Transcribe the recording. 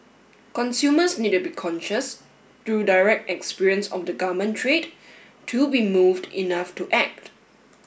consumers need to be conscious through direct experience of the garment trade to be moved enough to act